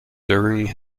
during